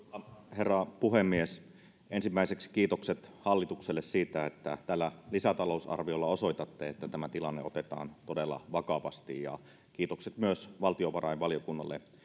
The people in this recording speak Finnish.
herra puhemies ensimmäiseksi kiitokset hallitukselle siitä että tällä lisätalousarviolla osoitatte että tämä tilanne otetaan todella vakavasti ja kiitokset myös valtiovarainvaliokunnalle